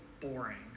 boring